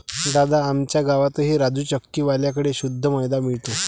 दादा, आमच्या गावातही राजू चक्की वाल्या कड़े शुद्ध मैदा मिळतो